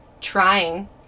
trying